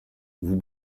vous